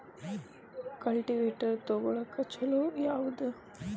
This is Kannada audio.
ಕಲ್ಟಿವೇಟರ್ ತೊಗೊಳಕ್ಕ ಛಲೋ ಯಾವದ?